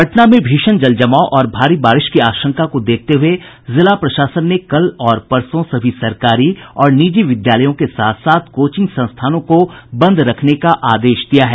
पटना में भीषण जल जमाव और भारी बारिश की आशंका को देखते हुए जिला प्रशासन ने कल और परसों सभी सरकारी और निजी विद्यालयों के साथ साथ कोचिंग संस्थानों को बंद रखने का आदेश दिया है